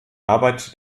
arbeit